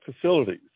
facilities